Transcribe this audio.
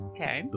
Okay